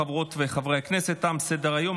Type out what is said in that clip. חברות וחברי הכנסת, תם סדר-היום.